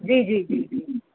जी जी जी जी